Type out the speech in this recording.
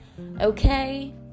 okay